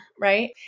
right